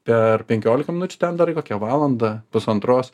per penkiolika minučių ten darai kokią valandą pusantros